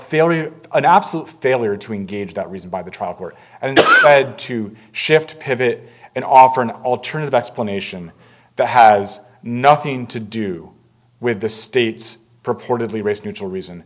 failure an absolute failure to engage that reason by the trial court and had to shift pivot and offer an alternative explanation that has nothing to do with the state's purportedly race neutral reason